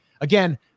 again